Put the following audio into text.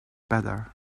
better